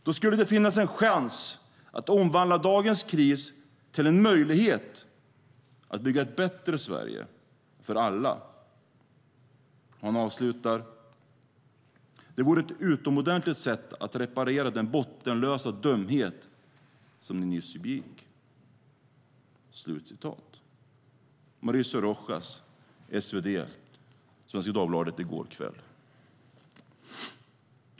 Då skulle det finnas en chans att omvandla dagens kris till en möjlighet att bygga upp ett bättre Sverige för alla. Det vore ett utomordentligt sätt att reparera den bottenlösa dumhet som ni nyss begick. "Detta skrev Mauricio Rojas i Svenska Dagbladet i går kväll.